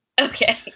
Okay